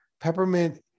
Peppermint